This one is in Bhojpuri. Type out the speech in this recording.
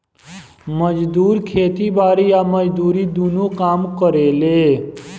मजदूर खेती बारी आ मजदूरी दुनो काम करेले